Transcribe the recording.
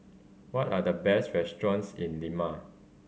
what are the best restaurants in Lima